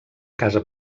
casa